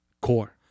core